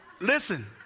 Listen